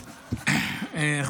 תודה.